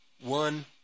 One